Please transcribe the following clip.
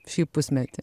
šį pusmetį